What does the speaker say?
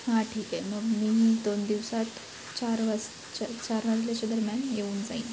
हां ठीक आहे मग मी दोन दिवसात चार वाजता चार वाजल्याच्या दरम्यान येऊन जाईन